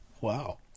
wow